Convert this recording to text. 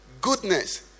Goodness